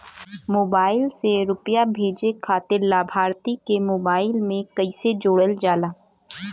Mobile से रूपया भेजे खातिर लाभार्थी के मोबाइल मे कईसे जोड़ल जाला?